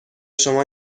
شما